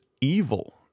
evil